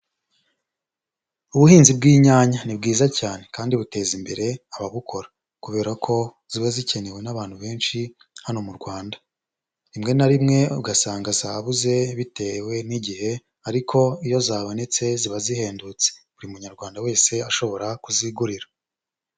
Ubuhinzi bw'inyanya ni bwiza cyane kandi buteza imbere ababukora kubera ko ziba zikenewe n'abantu benshi hano mu Rwanda, rimwe na rimwe ugasanga zabuze bitewe n'igihe ariko iyo zabonetse ziba zihendutse, buri Munyarwanda wese ashobora kuzigurira.